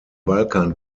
balkan